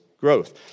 growth